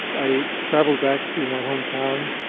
i travelled back to my hometown,